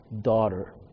daughter